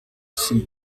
sea